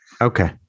Okay